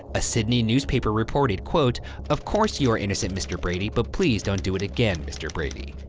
a sydney newspaper reported, of course you are innocent, mr. brady, but please don't do it again, mr. brady.